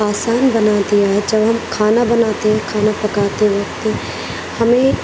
آسان بنا دیا ہے جب ہم کھانا بناتے ہیں کھانا پکاتے وقت ہمیں